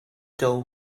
doe